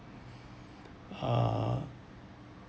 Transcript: uh